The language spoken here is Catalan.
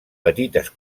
petites